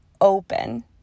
open